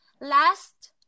last